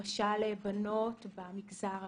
למשל בנות במגזר החרדי.